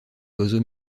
oiseaux